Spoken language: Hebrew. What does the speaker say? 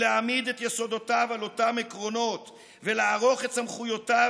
ולהעמיד את יסודותיו על אותם עקרונות ולערוך את סמכויותיו